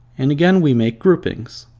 and again we make groupings.